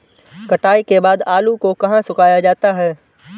कटाई के बाद आलू को कहाँ सुखाया जाता है?